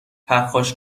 پرخاش